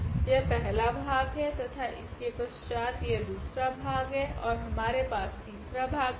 यह पहला भाग है तथा उसके पश्चात यह दूसरा भाग है ओर हमारे पास तीसरा भाग भी है